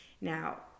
Now